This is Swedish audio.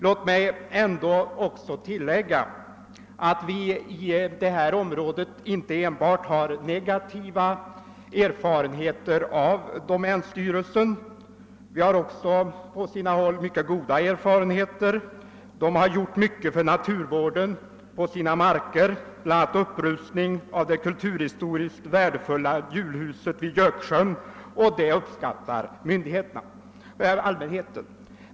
Låt mig ändå tillägga att vi på detta område inte enbart har negativa erfarenheter av domänstyrelsen. Vi har också på olika håll mycket goda erfarenheter av dess verksamhet. Den har gjort mycket för naturvården i sina marker. Den har även bl.a. rustat upp det kulturhistoriskt värdefulla Hjulhuset vid Göksjön, och det är en åtgärd som uppskattas av allmänheten.